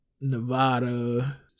Nevada